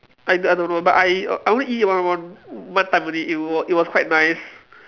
I I don't know but I I always eat one one one time only it was it was quite nice